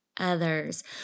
Others